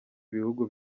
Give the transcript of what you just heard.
ibihugu